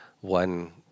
one